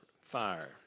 fire